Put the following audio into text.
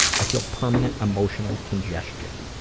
i feel permanent emotional congestion.